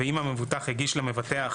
ואם המבוטח הגיש למבטח',